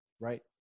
right